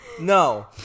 No